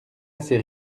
assez